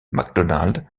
macdonald